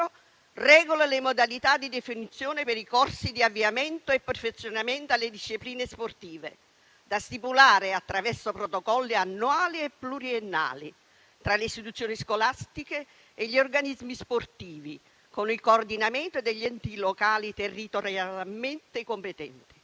regola le modalità di definizione per i corsi di avviamento e perfezionamento alle discipline sportive, da stipulare attraverso protocolli annuali e pluriennali tra le istituzioni scolastiche e gli organismi sportivi, con il coordinamento degli enti locali territorialmente competenti.